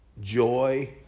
joy